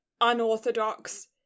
unorthodox